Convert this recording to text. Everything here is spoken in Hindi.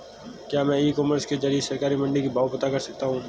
क्या मैं ई कॉमर्स के ज़रिए सरकारी मंडी के भाव पता कर सकता हूँ?